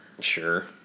Sure